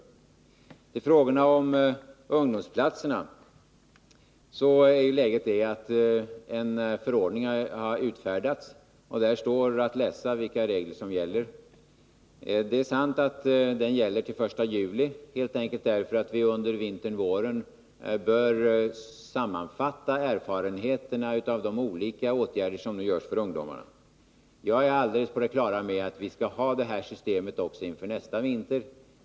När det gäller frågorna om ungdomsplatserna kan jag säga att läget är det att en förordning utfärdats. Där står att läsa vilka regler som gäller. Det är sant att den gäller till den 1 juli, helt enkelt därför att vi under vintern och våren bör sammanfatta erfarenheterna av de olika åtgärder som nu vidtas när det gäller ungdomarna. Jag är alldeles på det klara med att vi skall ha det här systemet också inför nästa vinter.